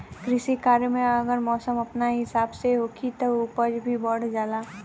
कृषि कार्य में अगर मौसम अपना हिसाब से होखी तब उपज भी बढ़ जाला